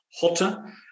hotter